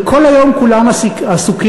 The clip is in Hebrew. וכל היום כולם עסוקים,